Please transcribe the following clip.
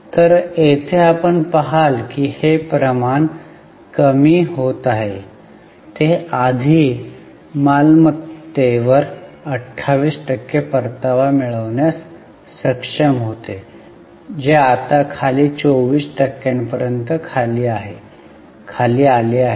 तर येथे आपण पहाल की हे प्रमाण कमी होत आहे ते आधी मालमत्तेवर 28 टक्के परतावा मिळविण्यास सक्षम होते जे आता खाली 24 टक्क्यांपर्यंत खाली आले आहे